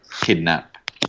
Kidnap